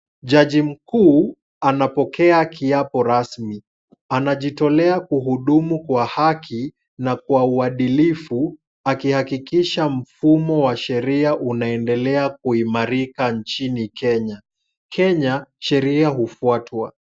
Jaji mkuu anapokea kiapo rasmi. Anajitolea kuhudumu kwa haki na kwa uadilifu akihakikisha mfumo wa sheria unaendelea kuimarika nchini Kenya. Kenya sheria hufuatwa.